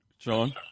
Sean